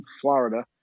Florida